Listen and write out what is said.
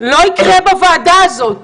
לא יקרה בוועדה הזאת.